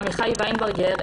עמיחי ויינברגר,